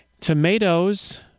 Tomatoes